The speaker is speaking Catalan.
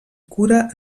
cura